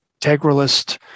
integralist